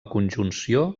conjunció